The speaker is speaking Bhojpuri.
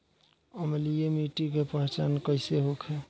अम्लीय मिट्टी के पहचान कइसे होखे?